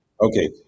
Okay